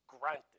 granted